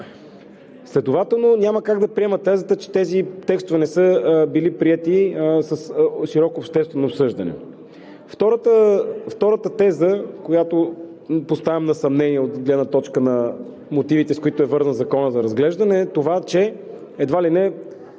Следователно няма как да приема тезата, че тези текстове не са били приети с широко обществено обсъждане. Втората теза, която поставям на съмнение от гледна точка на мотивите, с които е върнат Законът за разглеждане, е това, че едва ли не